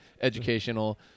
educational